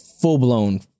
full-blown